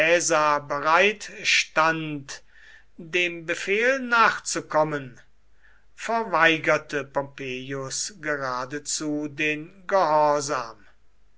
bereit stand dem befehl nachzukommen verweigerte pompeius geradezu den